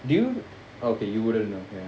do you oh okay you wouldn't know ya